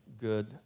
good